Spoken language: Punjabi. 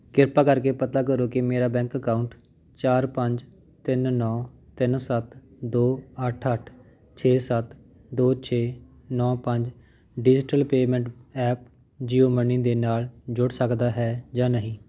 ਕਿਰਪਾ ਕਰਕੇ ਪਤਾ ਕਰੋ ਕਿ ਮੇਰਾ ਬੈਂਕ ਅਕਾਊਂਟ ਚਾਰ ਪੰਜ ਤਿੰਨ ਨੌਂ ਤਿੰਨ ਸੱਤ ਦੋ ਅੱਠ ਅੱਠ ਛੇ ਸੱਤ ਦੋ ਛੇ ਨੌਂ ਪੰਜ digital payment app Jio money ਦੇ ਨਾਲ ਜੁੜ ਸਕਦਾ ਹੈ ਜਾਂ ਨਹੀਂ